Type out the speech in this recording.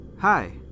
Hi